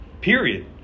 Period